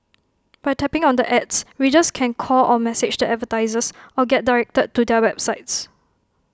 by tapping on the ads readers can call or message the advertisers or get directed to their websites